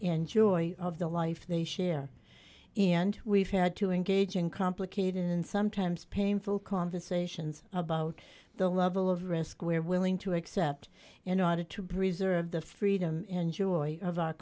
and joy of the life they share and we've had to engage in complicated and sometimes painful conversations about the level of risk we're willing to accept and audit to preserve the freedom and joy of our